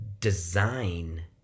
Design